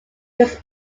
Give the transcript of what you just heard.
was